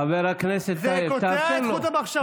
חבר הכנסת טייב, תאפשר לו.